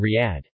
Riyadh